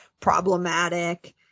problematic